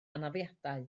anafiadau